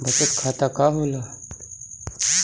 बचत खाता का होला?